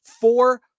Four